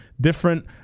different